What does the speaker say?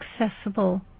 accessible